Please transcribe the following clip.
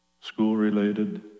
school-related